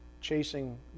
chasing